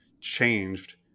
changed